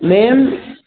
ma'am